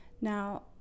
Now